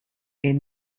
est